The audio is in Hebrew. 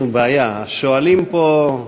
משיב.